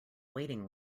waiting